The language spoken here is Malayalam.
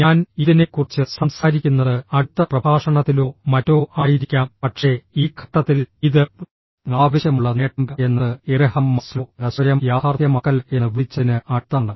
ഞാൻ ഇതിനെക്കുറിച്ച് സംസാരിക്കുന്നത് അടുത്ത പ്രഭാഷണത്തിലോ മറ്റോ ആയിരിക്കാം പക്ഷേ ഈ ഘട്ടത്തിൽ ഇത് ആവശ്യമുള്ള നേട്ടം എന്നത് എബ്രഹാം മാസ്ലോ സ്വയം യാഥാർത്ഥ്യമാക്കൽ എന്ന് വിളിച്ചതിന് അടുത്താണ്